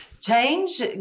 Change